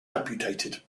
amputated